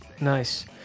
Nice